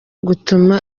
gutuma